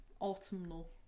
Autumnal